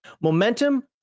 momentum